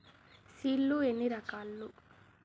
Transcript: Seed లు ఎన్ని రకాలు?